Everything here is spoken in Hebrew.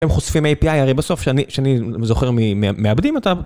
הם חושפים API הרי בסוף שאני זוכר מאבדים אותם.